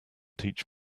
teach